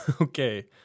Okay